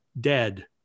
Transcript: dead